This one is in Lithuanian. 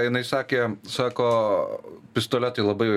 jinai sakė sako pistoletai labai